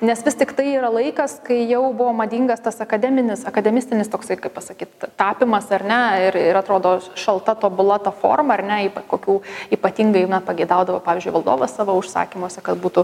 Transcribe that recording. nes vis tiktai yra laikas kai jau buvo madingas tas akademinis akademistinis toksai kaip pasakyt tapymas ar ne ir ir atrodo šalta tobula ta forma ar ne kokių ypatingai na pageidaudavo pavyzdžiui valdovas savo užsakymuose kad būtų